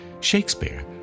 Shakespeare